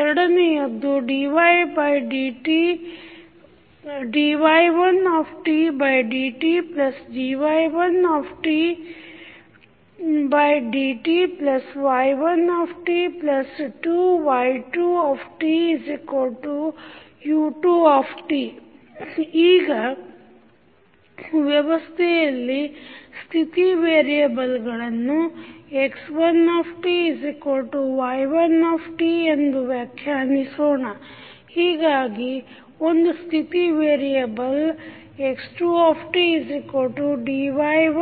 ಎರಡನೆಯದ್ದು dy1dtdy2dty1t2y2tu2t ಈಗ ವ್ಯವಸ್ಥೆಯಲ್ಲಿಯ ಸ್ಥಿತಿ ವೇರಿಯೆಬಲ್ಗಳನ್ನು x1y1t ಎಂದು ವ್ಯಾಖ್ಯಾನಿಸೋಣ ಹೀಗಾಗಿ ಒಂದು ಸ್ಥಿತಿ ವೇರಿಯೆಬಲ್ x2dy1dt ಮತ್ತು x3y2t